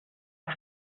auf